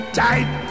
tight